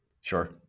sure